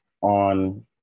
On